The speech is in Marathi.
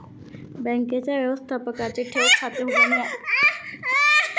बँकेच्या व्यवस्थापकाने ठेव खाते उघडणे आणि के.वाय.सी बद्दल लोकांना माहिती दिली